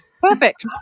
Perfect